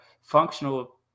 functional